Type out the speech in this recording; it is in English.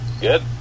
Good